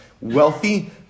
wealthy